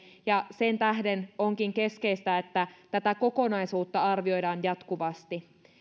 ja sen tähden onkin keskeistä että tätä kokonaisuutta arvioidaan jatkuvasti